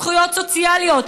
זכויות סוציאליות.